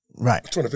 Right